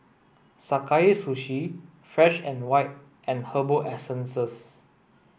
Sakae Sushi Fresh and White and Herbal Essences